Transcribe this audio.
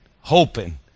hoping